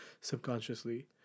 subconsciously